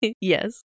Yes